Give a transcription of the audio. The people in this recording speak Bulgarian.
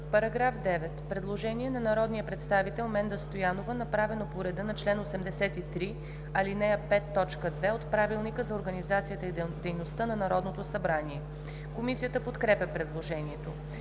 По § 8 има предложение на народния представител Менда Стоянова, направено по реда на чл. 83, ал. 5, т. 2 от Правилника за организацията и дейността на Народното събрание. Комисията подкрепя предложението.